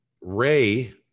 Ray